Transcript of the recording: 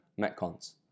Metcons